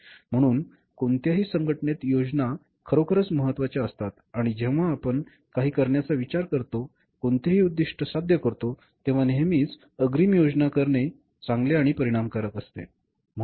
म्हणून कोणत्याही संघटनेत योजना खरोखरच महत्त्वाच्या असतात आणि जेव्हा आपण काही करण्याचा विचार करतो कोणतेही उद्दीष्ट साध्य करतो तेव्हा नेहमीच अग्रिम योजना करणे चांगले आणि परिणामकारक असते बरोबर